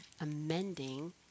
Amending